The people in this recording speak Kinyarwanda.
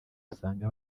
usanga